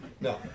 no